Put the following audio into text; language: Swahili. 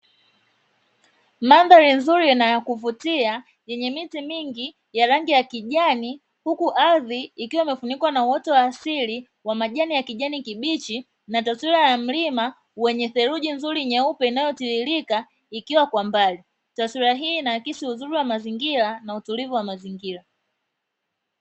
Mandhari nzuri na ya kuvutia yenye miti mingi ya rangi ya kijani huku ardhi ikiwa imefunikwa na uoto wa asili wa majani ya kijani kibichi, na taswira ya mlima wenye theluji nzuri nyeupe inayotiririka ikiwa kwa mbali, taswira hii inaaakisi uzuri wa mazingira na utulivu wa mazingira.